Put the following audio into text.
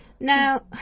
now